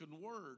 word